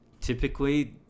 Typically